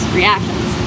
reactions